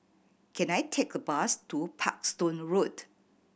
can I take a bus to Parkstone Road